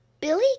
Billy